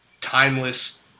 timeless